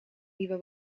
nieuwe